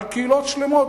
על קהילות שלמות,